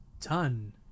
done